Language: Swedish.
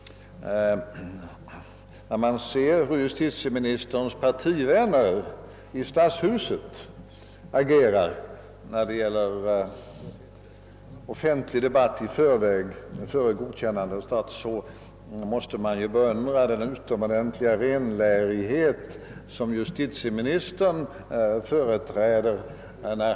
När vi ser hur justitieministerns partivänner i stadshuset agerar då det gäller en offentlig debatt före godkännandet av en stat, måste vi beundra den utomordentliga renlärighet som justitieministern här företräder.